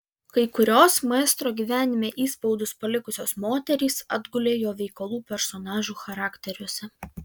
kai kurios maestro gyvenime įspaudus palikusios moterys atgulė jo veikalų personažų charakteriuose